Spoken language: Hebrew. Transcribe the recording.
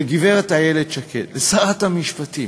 לגברת איילת שקד, לשרת המשפטים.